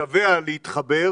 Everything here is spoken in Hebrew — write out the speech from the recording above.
משווע להתחבר